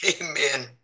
Amen